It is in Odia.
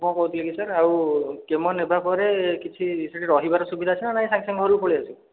କ'ଣ କହୁଥିଲି କି ସାର୍ ଆଉ କେମୋ ନେବା ପରେ କିଛି ସେଠି ରହିବାର ସୁବିଧା ଅଛି ନା ନାହିଁ ସାଙ୍ଗେ ସାଙ୍ଗେ ଘରକୁ ପଳାଇ ଆସିବୁ